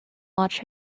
watch